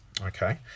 Okay